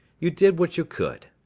you did what you could.